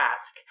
ask